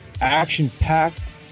action-packed